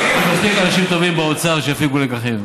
יש מספיק אנשים טובים באוצר שיפיקו לקחים,